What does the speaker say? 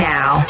Now